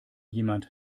jemand